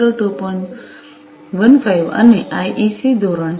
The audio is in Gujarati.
15 અને આઈઇસી ધોરણ છે